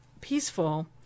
peaceful